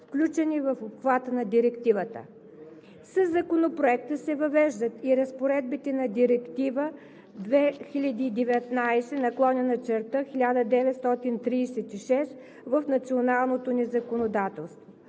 включени в обхвата на Директивата. Със Законопроекта се въвеждат и разпоредбите на Директива (ЕС) 2019/1936 в националното ни законодателство.